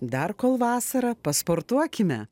dar kol vasara pasportuokime